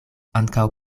ankaŭ